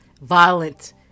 violent